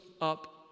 up